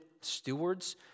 stewards